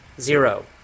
zero